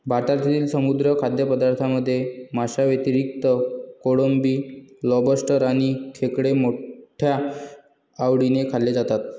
भारतातील समुद्री खाद्यपदार्थांमध्ये माशांव्यतिरिक्त कोळंबी, लॉबस्टर आणि खेकडे मोठ्या आवडीने खाल्ले जातात